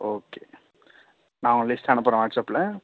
okay நான் ஒரு list அனுப்புறேன் வாட்ஸ் அப்பில்